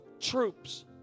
troops